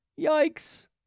Yikes